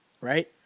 right